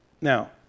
Now